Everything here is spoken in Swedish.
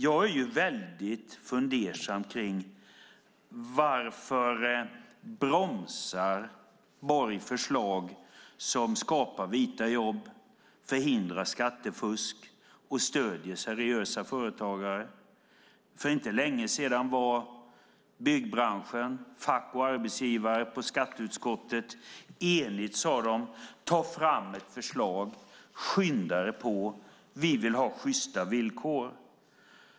Jag är väldigt fundersam över varför Borg bromsar förslag som skapar vita jobb, förhindrar skattefusk och stöder seriösa företagare. För inte länge sedan var byggbranschen, fack och arbetsgivare, på skatteutskottet. Enigt sade de: Ta fram ett förslag! Skynda dig på! Vi vill ha sjysta villkor.